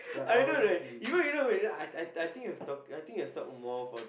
I know right even you know when you know I I think I he was talk I think he was talk more for